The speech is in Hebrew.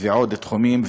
ועוד תחומים,